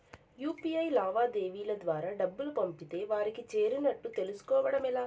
UPI లావాదేవీల ద్వారా డబ్బులు పంపితే వారికి చేరినట్టు తెలుస్కోవడం ఎలా?